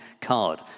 card